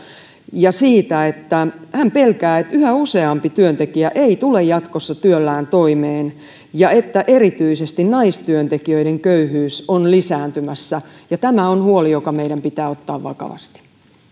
ja siitä että hän pelkää että yhä useampi työntekijä ei tule jatkossa työllään toimeen ja että erityisesti naistyöntekijöiden köyhyys on lisääntymässä ja tämä on huoli joka meidän pitää ottaa vakavasti